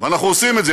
אנחנו עושים את זה.